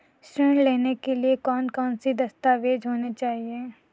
ऋण लेने के लिए कौन कौन से दस्तावेज होने चाहिए?